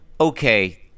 okay